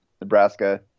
Nebraska